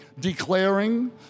declaring